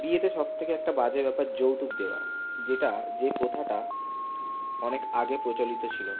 বিয়েতে সবথেকে একটা বাজে ব্যাপার যৌতুক দেওয়া যেটা যে প্রথাটা অনেক আগে প্রচলিত ছিল